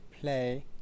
play